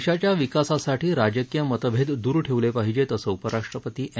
देशाच्या विकासासाठी राजकीय मतभेद दूर ठेवले पाहिजेत असं उपराष्ट्रपती एम